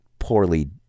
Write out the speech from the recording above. Poorly